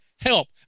help